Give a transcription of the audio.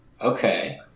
Okay